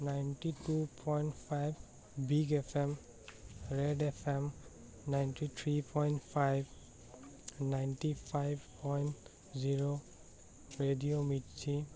ninety two point five big F M red F M ninety three point five ninety five point zero radio mirchi